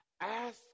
ask